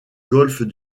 golfe